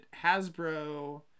Hasbro